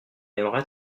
aimerait